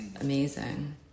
amazing